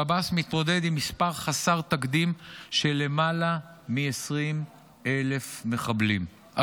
שב"ס מתמודד עם מספר חסר תקדים של למעלה מ-20,000 אסירים.